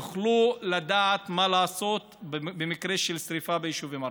יוכלו לדעת מה לעשות במקרה של שרפה ביישובים הערביים.